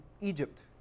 Egypt